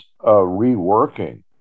reworking